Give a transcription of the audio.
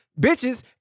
bitches